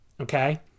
okay